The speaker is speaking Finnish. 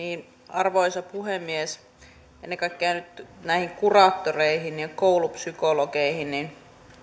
arvoisa puhemies ennen kaikkea nyt näihin kuraattoreihin ja koulupsykologeihin